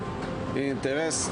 אנחנו תופסים את זה כאירוע שהוא עלינו,